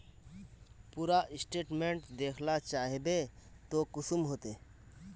पूरा स्टेटमेंट देखला चाहबे तो कुंसम होते?